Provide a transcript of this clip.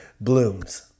blooms